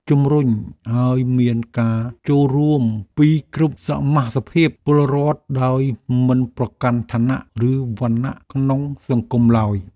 ជំរុញឱ្យមានការចូលរួមពីគ្រប់សមាសភាពពលរដ្ឋដោយមិនប្រកាន់ឋានៈ ឬវណ្ណៈក្នុងសង្គមឡើយ។